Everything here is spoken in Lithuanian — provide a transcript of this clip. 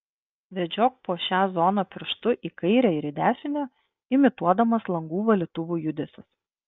vedžiok po šią zoną pirštu į kairę ir į dešinę imituodamas langų valytuvų judesius